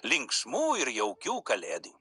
linksmų ir jaukių kalėdų